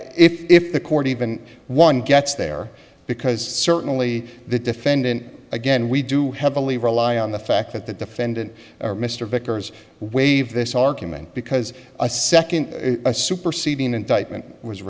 and if the court even one gets there because certainly the defendant again we do heavily rely on the fact that the defendant or mr vickers waive this argument because a second a superseding indictment was